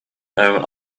own